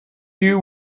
you